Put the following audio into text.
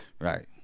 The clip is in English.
Right